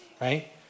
right